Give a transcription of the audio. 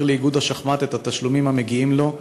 לאיגוד השחמט את התשלומים המגיעים לו,